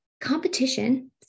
Competition